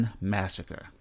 Massacre